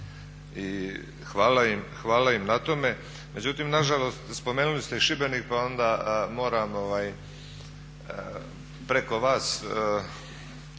hvala im na tome.